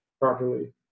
properly